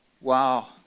Wow